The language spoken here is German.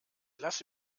lasse